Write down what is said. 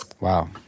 Wow